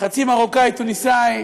וחצי מרוקאי-תוניסאי,